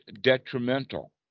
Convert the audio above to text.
detrimental